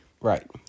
Right